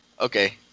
Okay